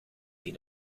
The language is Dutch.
die